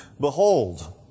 Behold